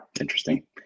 interesting